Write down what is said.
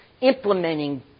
implementing